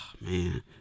Man